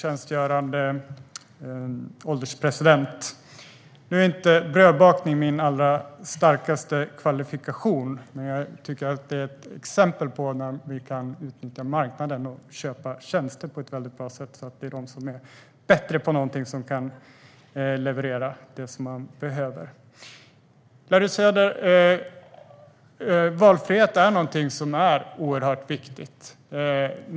Fru ålderspresident! Nu är inte brödbakning min allra starkaste kvalifikation. Jag tycker att det är ett exempel på hur vi kan utnyttja marknaden och köpa tjänster på ett bra sätt där det är de som är bättre på någonting som kan leverera det man behöver. Valfrihet är någonting som är oerhört viktigt, Larry Söder.